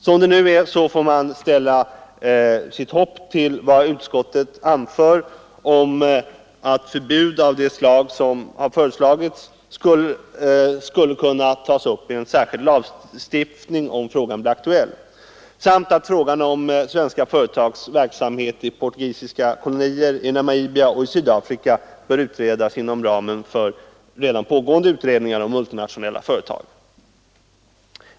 Som det är nu får jag sätta mitt hopp till vad utskottet anför om att förbud av det slag som har föreslagits skulle kunna tas upp i en särskild lagstiftning, om frågan blir aktuell, samt att frågan om svenska företags verksamhet i portugisiska kolonier, i Namibia och i Sydafrika bör utredas inom ramen för redan pågående utredningar om multinationella företag.